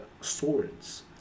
swords